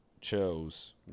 Chose